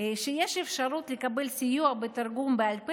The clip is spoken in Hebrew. ושיש אפשרות לקבל סיוע בתרגום בעל פה